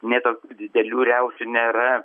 ne tokių didelių riaušių nėra